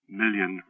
million